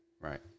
Right